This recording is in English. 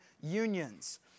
unions